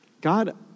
God